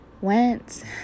went